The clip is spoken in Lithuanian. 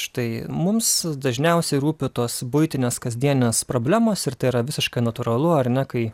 štai mums dažniausiai rūpi tos buitinės kasdienės problemos ir tai yra visiškai natūralu ar ne kai